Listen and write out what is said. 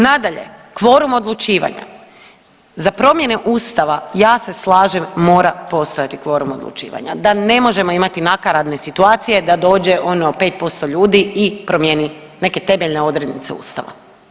Nadalje, kvorum odlučivanja za promjene Ustava ja se slažem mora postojati kvorum odlučivanja da ne možemo imati nakaradne situacije da dođe ono 5% ljudi i promijeni neke temeljne odrednice Ustava.